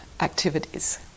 activities